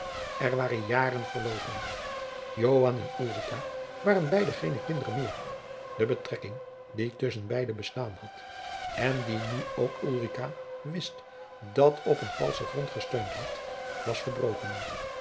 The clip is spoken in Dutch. er waren jaren verloopen joan en ulrica waren beide gene kinderen meer de betrekking die tusschen beide bestaan had en die nu ook ulrica wist dat op een valschen grond gesteund had was verbroken